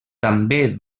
també